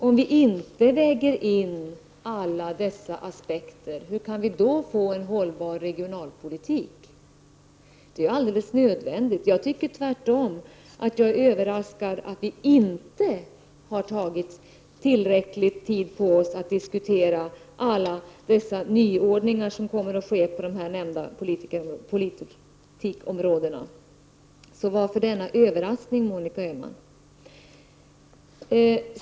Om vi inte väger in alla dessa aspekter, hur kan vi då få en hållbar regionalpolitik? Det är alldeles nödvändigt. Jag är tvärtom överraskad över att vi inte har tagit tillräckligt med tid på oss för att diskutera alla dessa nyordningar som kommer att ske på dessa nämnda politikområden. Varför denna överraskning, Monica Öhman?